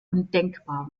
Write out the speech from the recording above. undenkbar